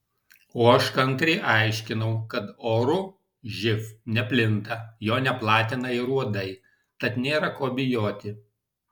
o aš kantriai aiškinau kad oru živ neplinta jo neplatina ir uodai tad nėra ko bijoti